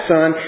Son